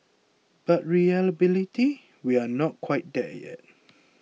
but reliability we are not quite there yet